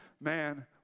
man